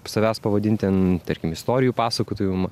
savęs pavadint ten tarkim istorijų pasakotoju